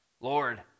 Lord